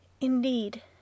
Indeed